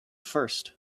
first